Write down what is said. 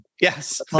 Yes